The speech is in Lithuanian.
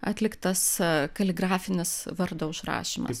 atliktas kaligrafinis vardo užrašymas